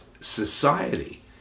society